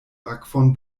akvon